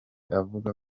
avuga